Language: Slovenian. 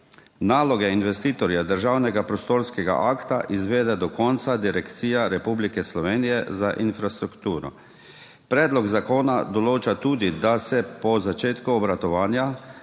Naloge investitorja državnega prostorskega akta izvede do konca Direkcija Republike Slovenije za infrastrukturo. Predlog zakona določa tudi, da se po začetku obratovanja